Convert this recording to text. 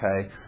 Okay